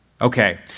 Okay